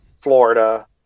Florida